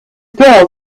girl